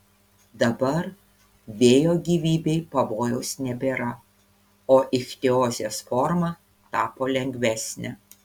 dabar vėjo gyvybei pavojaus nebėra o ichtiozės forma tapo lengvesnė